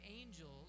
angels